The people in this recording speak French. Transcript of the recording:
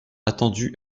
attendu